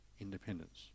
independence